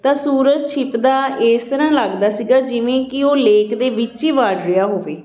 ਤਾਂ ਸੂਰਜ ਛਿਪਦਾ ਇਸ ਤਰ੍ਹਾਂ ਲੱਗਦਾ ਸੀਗਾ ਜਿਵੇਂ ਕਿ ਉਹ ਲੇਕ ਦੇ ਵਿੱਚ ਹੀ ਵੜ ਰਿਹਾ ਹੋਵੇ